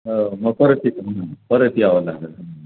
हो मग परत इथंच हां परत यावं लागेल